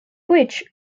which